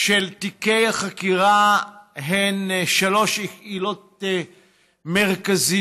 של תיקי החקירה הן שלוש עילות מרכזיות: